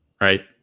right